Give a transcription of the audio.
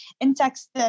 in-text